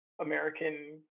American